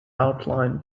outlined